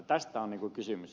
tästä on kysymys